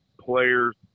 players